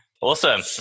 Awesome